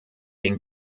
den